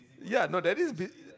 ya no there is this